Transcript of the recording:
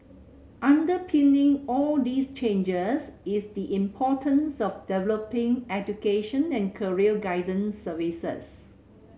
underpinning all these changes is the importance of developing education and career guidance services